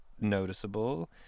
noticeable